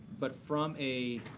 but from a